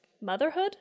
Motherhood